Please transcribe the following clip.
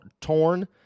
torn